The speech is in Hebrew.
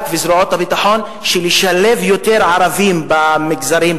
וזרועות הביטחון לשלב יותר ערבים במגזרים,